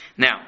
Now